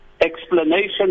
explanation